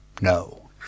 no